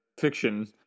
Fiction